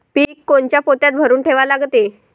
पीक कोनच्या पोत्यात भरून ठेवा लागते?